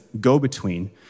go-between